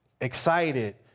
excited